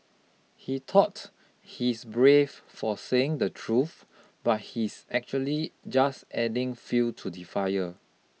he thought he's brave for saying the truth but he's actually just adding fuel to the fire